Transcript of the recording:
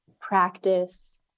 practice